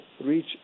reach